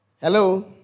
Hello